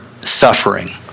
suffering